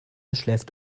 schläft